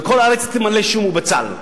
וכל הארץ תימלא שום ובצל,